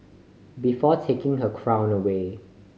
before taking her crown away